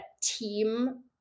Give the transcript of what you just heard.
team